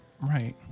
Right